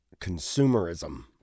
Consumerism